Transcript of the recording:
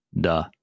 Duh